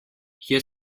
hier